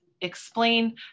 explain